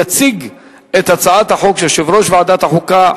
יציג את הצעת החוק יושב-ראש ועדת החוקה,